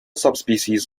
subspecies